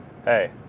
Hey